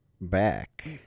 back